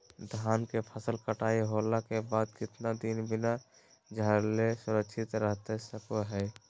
धान के फसल कटाई होला के बाद कितना दिन बिना झाड़ले सुरक्षित रहतई सको हय?